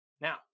Now